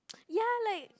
ya like